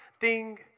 ding